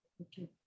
Okay